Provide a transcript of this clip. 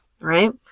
right